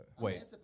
Wait